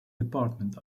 department